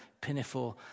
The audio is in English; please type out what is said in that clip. pinafore